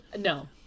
No